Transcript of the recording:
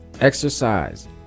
exercise